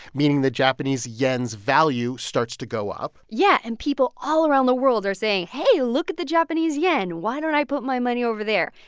meaning the japanese yen's value starts to go up yeah. and people all around the world are saying, hey, look at the japanese yen. why don't i put my money over there?